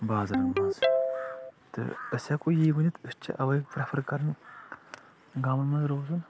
بازرَن منٛز تہٕ أسۍ ہٮ۪کو یی ؤنِتھ أسۍ چھِ اَوے پریٚفر کران گامَن منٛز رورُن